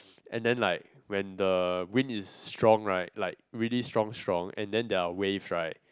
and then like when the wind is strong right like really strong strong and then there are waves right